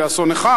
לאסון אחד,